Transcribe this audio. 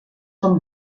com